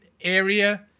area